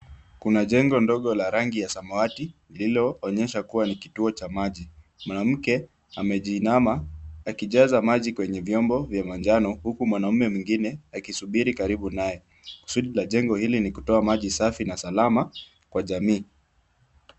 Kuna jengo ndogo la rangi ya samawati, lililo onyesha kuwa ni kituo cha maji. Mwanamke, amejiinama, akijaza maji kwenye vyombo vya manjano huku mwanamume mwingine akisubiri karibu naye. Shughuli la jengo hili ni kutoa maji safi na salama, kwa jamii.